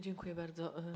Dziękuję bardzo.